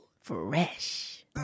Fresh